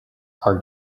our